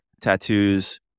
tattoos